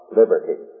liberty